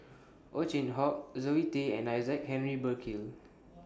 Ow Chin Hock Zoe Tay and Isaac Henry Burkill